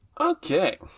Okay